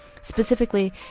Specifically